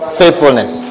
faithfulness